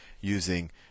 using